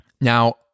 Now